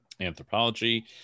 Anthropology